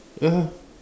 ya